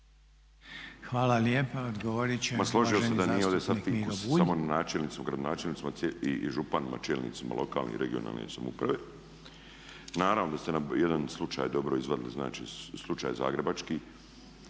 vam lijepa. Odgovoriti će uvaženi zastupnik Miro Bulj.